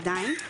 עדיין.